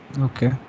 Okay